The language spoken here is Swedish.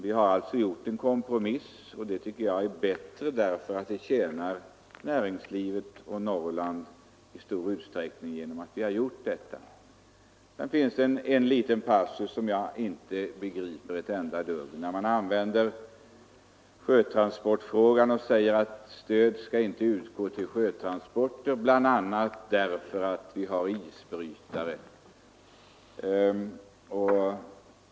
Vi har alltså gjort en kompromiss, och det tycker jag är bättre därför att vi därigenom tjänar näringslivet och Norrland i stor utsträckning. Sedan finns det en liten passus som jag inte begriper ett enda dugg av — nämligen när man säger att stöd inte skall utgå till sjötransporter, bl.a. därför att vi har isbrytare.